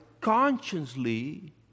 consciously